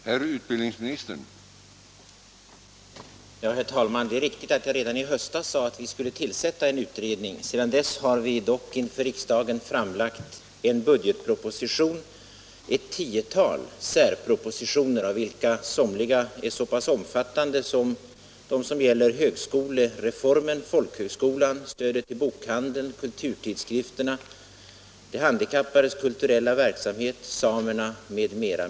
Herr talman! Det är riktigt att jag redan i höstas sade att vi skulle tillsätta en utredning. Sedan dess har vi dock för riksdagen framlagt en budgetproposition och ett tiotal särpropositioner, av vilka somliga är så pass omfattande som de som gäller högskolereformen, folkhögskolan, stödet till bokhandeln, kulturtidskrifterna, de handikappades kulturella verksamhet, samerna m.m.